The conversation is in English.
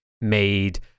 made